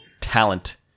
talent